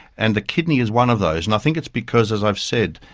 and the kidney is one of those. and i think it's because, as i've said,